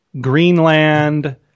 greenland